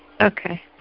Okay